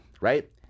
right